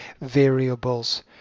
variables